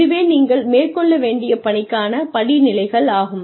இதுவே நீங்கள் மேற்கொள்ள வேண்டிய பணிக்கான படி நிலைகள் ஆகும்